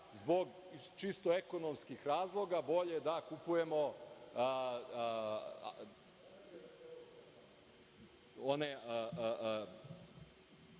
zbog čisto ekonomskih razloga bolje da kupujemo